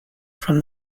from